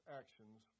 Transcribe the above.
actions